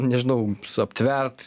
nežinau aptvert